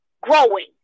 growing